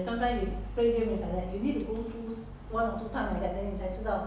I just think lor logically but then doesn't work lor